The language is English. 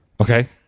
Okay